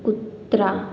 कुत्रा